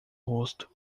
rosto